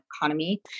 economy